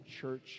church